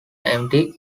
empty